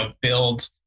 build